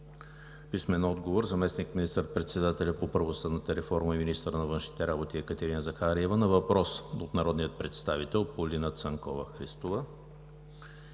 Елхан Кълков; - заместник министър-председателя по правосъдната реформа и министър на външните работи Екатерина Захариева на въпрос от народния представител Полина Цанкова Христова;